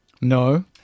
No